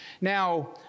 Now